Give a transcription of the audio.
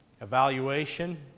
evaluation